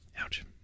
ouch